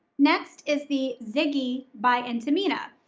next is the ziggy by intimina.